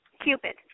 Cupid